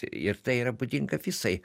ir tai yra būdinga visai